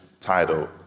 titled